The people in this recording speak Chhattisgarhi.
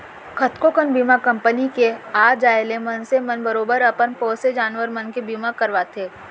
कतको कन बीमा कंपनी के आ जाय ले मनसे मन बरोबर अपन पोसे जानवर मन के बीमा करवाथें